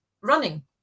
running